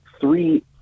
three